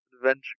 Adventure